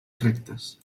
rectes